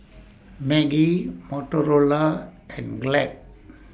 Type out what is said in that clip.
Maggi Motorola and Glad